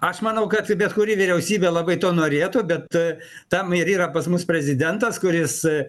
aš manau kad bet kuri vyriausybė labai to norėtų bet tam ir yra pas mus prezidentas kuris